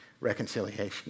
reconciliation